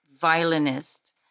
violinist